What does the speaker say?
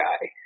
guy